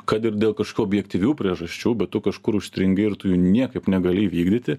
kad ir dėl kažkokių objektyvių priežasčių bet tu kažkur užstringa ir tu jų niekaip negali vykdyti